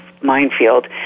minefield